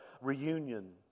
reunion